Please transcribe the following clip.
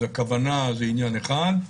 אז הכוונה הזה עניין אחד.